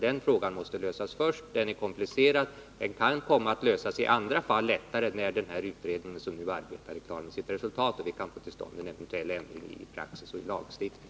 Den frågan måste lösas först, och den är komplicerad. Den kan komma att lösas lättare i andra fall, när den här utredningen som nu arbetar är klar och vi kan få till stånd en eventuell ändring i praxis och i lagstiftning.